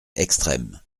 extrêmes